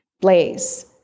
Blaze